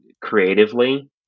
creatively